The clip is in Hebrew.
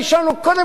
קודם כול,